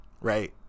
right